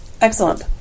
Excellent